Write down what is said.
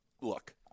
look